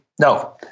no